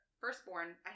firstborn